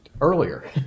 earlier